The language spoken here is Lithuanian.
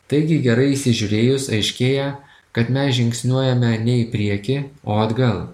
taigi gerai įsižiūrėjus aiškėja kad mes žingsniuojame ne į priekį o atgal